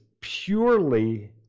purely